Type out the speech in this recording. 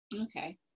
okay